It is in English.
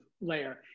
layer